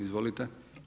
Izvolite.